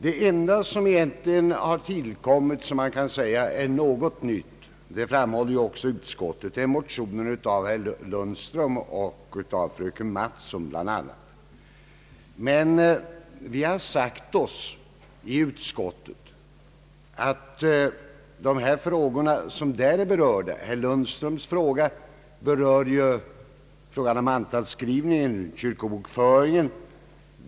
Det enda egentligen nya som tillkommit i år är, såsom också utskottet påpekar, vad som anförts i herr Lundströms motion. Herr Lundströms motion berör mantalsskrivningen och kyrkobokföringen.